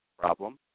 problem